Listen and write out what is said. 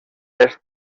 est